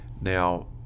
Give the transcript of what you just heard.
now